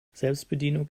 selbstbedienung